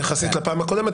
יחסית לפעם הקודמת.